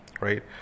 Right